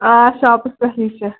آ شاپَس پٮ۪ٹھٕے چھِ